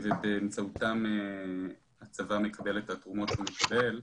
ובאמצעותן הצבא מקבל את התרומות שהוא מקבל.